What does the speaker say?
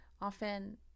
often